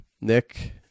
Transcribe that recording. Nick